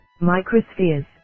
microspheres